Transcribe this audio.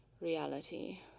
reality